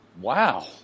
wow